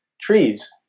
trees